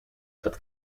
dat